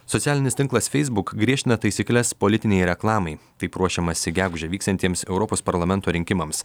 socialinis tinklas feisbuk griežtina taisykles politinei reklamai taip ruošiamasi gegužę vyksiantiems europos parlamento rinkimams